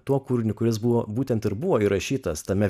tuo kūriniu kuris buvo būtent ir buvo įrašytas tame